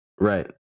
Right